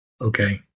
Okay